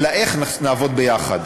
על האיך אנחנו נעבוד ביחד.